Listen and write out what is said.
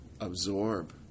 absorb